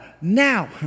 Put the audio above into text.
Now